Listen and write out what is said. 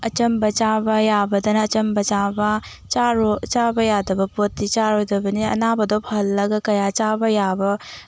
ꯑꯆꯝꯕ ꯆꯥꯕ ꯌꯥꯕꯗꯅ ꯑꯆꯝꯕ ꯆꯥꯕ ꯆꯥꯕ ꯌꯥꯗꯕ ꯄꯣꯠꯇꯤ ꯆꯥꯔꯣꯏꯗꯕꯅꯤ ꯑꯅꯥꯕꯗꯣ ꯐꯍꯟꯂꯒ ꯀꯌꯥ ꯆꯥꯕ ꯌꯥꯕ